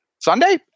Sunday